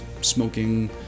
smoking